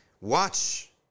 watch